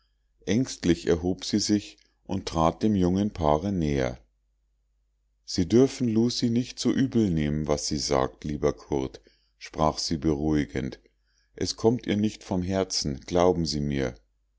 aengstlich erhob sie sich und trat dem jungen paare näher sie dürfen lucie nicht so übel nehmen was sie sagt lieber curt sprach sie beruhigend es kommt ihr nicht vom herzen glauben sie mir